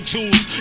Tools